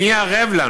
מי יהיה ערב לנו,